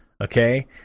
Okay